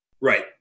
Right